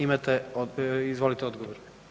Imate, izvolite odgovor.